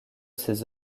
ses